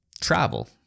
travel